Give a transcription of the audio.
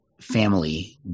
family